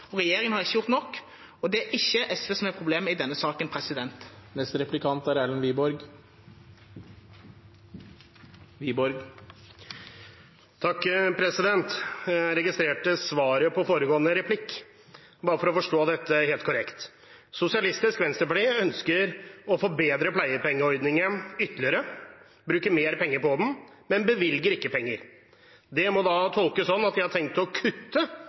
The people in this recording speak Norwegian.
og regjeringen har ikke gjort nok. Det er ikke SV som er problemet i denne saken. Jeg registrerte svaret på foregående replikk. Bare for å forstå dette helt korrekt: Sosialistisk Venstreparti ønsker å forbedre pleiepengeordningen ytterligere, bruke mer penger på den, men bevilger ikke penger. Det må da tolkes slik at de har tenkt å kutte